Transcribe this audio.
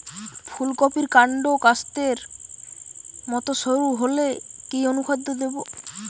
ফুলকপির কান্ড কাস্তের মত সরু হলে কি অনুখাদ্য দেবো?